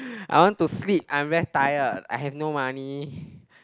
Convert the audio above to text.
I want to sleep I'm very tired I have no money